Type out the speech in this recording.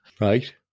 Right